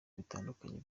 bitandukanye